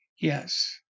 Yes